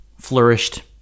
flourished